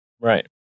Right